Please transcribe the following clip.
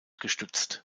gestützt